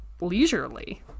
leisurely